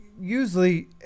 Usually